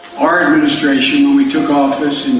our administration, when we took office